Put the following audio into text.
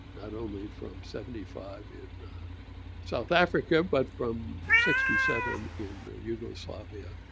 not only from seventy five in south africa, but from sixty seven in yugoslavia,